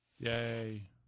Yay